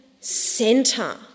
center